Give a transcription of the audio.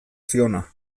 ziona